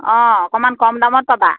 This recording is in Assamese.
অঁ অকণমান কম দামত পাবা